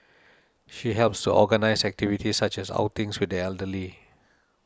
she helps to organise activities such as outings with the elderly